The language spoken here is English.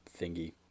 thingy